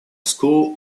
school